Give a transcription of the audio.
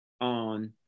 on